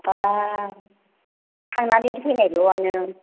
बाब थांनानै फैनायल'आनो